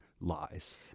lies